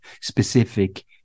specific